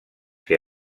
que